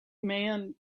man